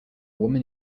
woman